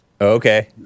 Okay